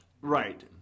Right